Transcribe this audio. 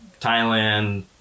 Thailand